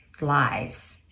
lies